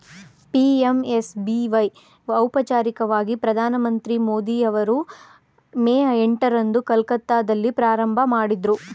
PMSBY ಔಪಚಾರಿಕವಾಗಿ ಪ್ರಧಾನಮಂತ್ರಿ ಮೋದಿ ಅವರು ಮೇ ಎಂಟ ರಂದು ಕೊಲ್ಕತ್ತಾದಲ್ಲಿ ಪ್ರಾರಂಭಮಾಡಿದ್ರು